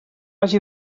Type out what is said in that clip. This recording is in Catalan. hagi